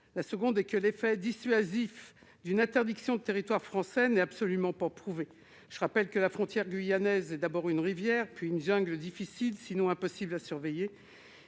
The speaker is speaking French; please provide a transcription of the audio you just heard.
Deuxièmement, l'effet dissuasif d'une interdiction du territoire français n'est absolument pas prouvé. La frontière guyanaise est d'abord une rivière, puis une jungle, difficile si ce n'est impossible à surveiller.